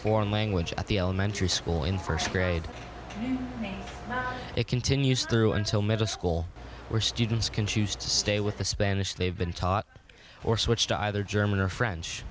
foreign language at the elementary school in first grade it continues through until middle school where students can choose to stay with the spanish they've been taught or switched to either german or french